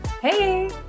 Hey